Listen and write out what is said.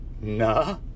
nah